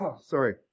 sorry